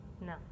No